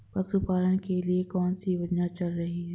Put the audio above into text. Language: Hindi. पशुपालन के लिए कौन सी योजना चल रही है?